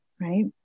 right